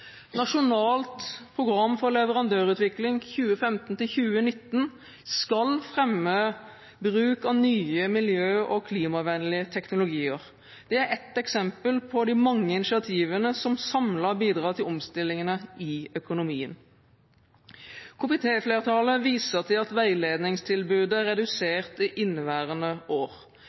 Nasjonalt program for leverandørutvikling 2015–2019 skal fremme bruk av nye miljø- og klimavennlige teknologier. Dette er ett eksempel på de mange initiativene som samlet sett bidrar til omstillingene i økonomien. Komitéflertallet viser til at veiledningstilbudet er redusert i inneværende år,